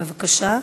בבקשה.